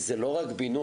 כי זה לא רק בינוי.